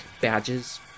badges